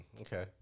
okay